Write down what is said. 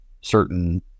certain